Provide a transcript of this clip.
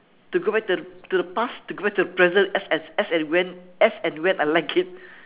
to go back to the to the past to go back to the present as and as and when as and when I like it